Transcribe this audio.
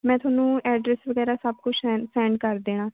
ਮੈਂ ਤੁਹਾਨੂੰ ਐਡਰੱਸ ਵਗੈਰਾ ਸਭ ਕੁਛ ਸੈਡ ਸੈਂਡ ਕਰ ਦੇਣਾ